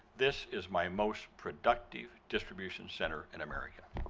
this is my most productive distribution center in america.